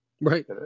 Right